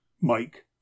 mike